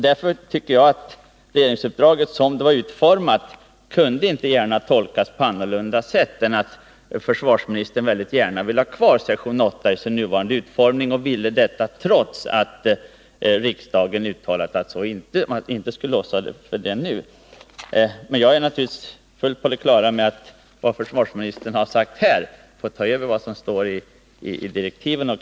Därför tycker jag att regeringsuppdraget som det var utformat inte kunde tolkas på annat sätt än att försvarsministern mycket gärna vill ha kvar sektion 8 i dess nuvarande utformning, trots att riksdagen uttalat att man inte skulle låsa sig för det nu. Men jag är fullt på det klara med att vad försvarsministern har sagt här får ta över vad som står i direktiven.